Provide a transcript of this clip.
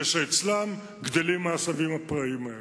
ואצלם גדלים העשבים הפראיים האלה.